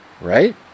right